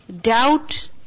doubt